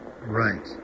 Right